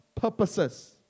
purposes